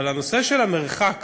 אבל הנושא של המרחק